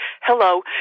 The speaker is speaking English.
hello